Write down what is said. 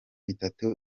bitatu